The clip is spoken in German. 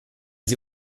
sie